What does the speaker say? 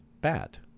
bat